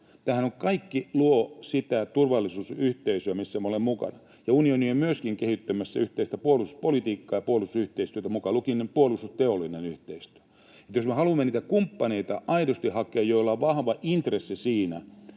Tämä kaikkihan luo sitä turvallisuusyhteisöä, missä me olemme mukana. Ja unioni on myöskin kehittämässä yhteistä puolustuspolitiikkaa ja puolustusyhteistyötä, mukaan lukien puolustusteollinen yhteistyö. Jos me haluamme niitä kumppaneita aidosti hakea, joilla on vahva intressi siinä,